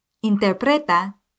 Interpreta